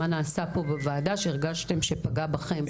מה נעשה פה בוועדה שהרגשתם שפגע בכם.